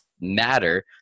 matter